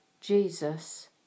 Jesus